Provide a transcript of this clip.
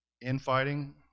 infighting